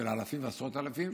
אלפים ועשרות אלפים,